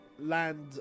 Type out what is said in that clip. land